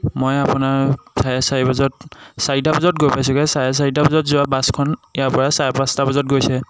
মই আপোনাৰ চাৰে চাৰি বজাত চাৰিটা বজাত গৈ পাইছোঁগৈ চাৰে চাৰিটা বজাত যোৱা বাছখন ইয়াৰ পৰা চাৰে পাঁচটা বজাত গৈছে